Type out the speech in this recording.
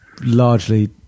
largely